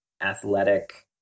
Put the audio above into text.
athletic